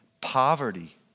poverty